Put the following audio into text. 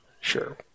Sure